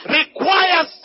requires